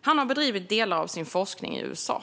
han har bedrivit delar av sin forskning i USA.